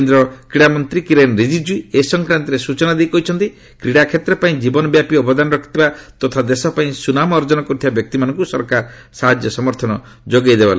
କେନ୍ଦ୍ର କ୍ରୀଡ଼ାମନ୍ତ୍ରୀ କିରେନ ରିଜିଜୁ ଏ ସଂକ୍ରାନ୍ତରେ ସୂଚନା ଦେଇ କହିଛନ୍ତି କ୍ରୀଡ଼ାକ୍ଷେତ୍ର ପାଇଁ ଜୀବନବ୍ୟାପୀ ଅବଦାନ ରଖିଥିବା ତଥା ଦେଶପାଇଁ ସୁନାମ ଅର୍ଜନ କରିଥିବା ବ୍ୟକ୍ତିମାନଙ୍କୁ ସରକାର ସାହାଯ୍ୟ ସମର୍ଥନ ଯୋଗାଇଦେବା ଲକ୍ଷ୍ୟରେ ଏହି ପଦକ୍ଷେପ ନେଇଛନ୍ତି